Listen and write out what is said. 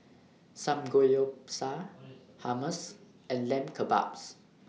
Samgeyopsal Hummus and Lamb Kebabs